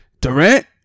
Durant